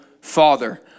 father